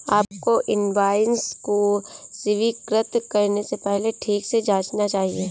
आपको इनवॉइस को स्वीकृत करने से पहले ठीक से जांचना चाहिए